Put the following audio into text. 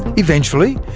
eventually,